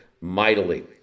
mightily